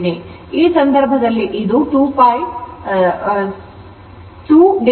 ಈ ಸಂದರ್ಭದಲ್ಲಿ ಇದು 2π Im ಬರುತ್ತದೆ